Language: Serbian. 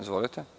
Izvolite.